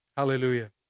Hallelujah